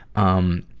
um,